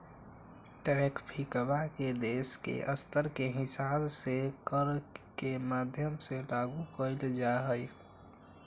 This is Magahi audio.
ट्रैफिकवा के देश के स्तर के हिसाब से कर के माध्यम से लागू कइल जाहई